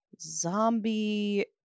zombie